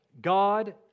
God